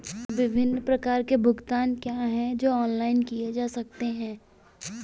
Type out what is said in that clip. विभिन्न प्रकार के भुगतान क्या हैं जो ऑनलाइन किए जा सकते हैं?